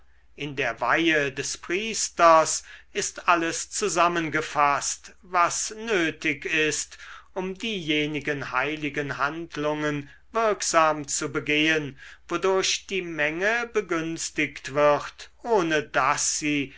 in der weihe des priesters ist alles zusammengefaßt was nötig ist um diejenigen heiligen handlungen wirksam zu begehen wodurch die menge begünstigt wird ohne daß sie